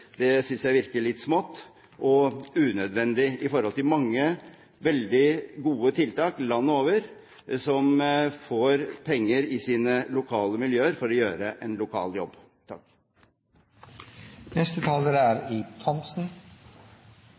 Det synes jeg virker litt smått og unødvendig i forhold til mange, veldig gode tiltak landet over, som får penger i sine lokale miljøer for å gjøre en lokal jobb.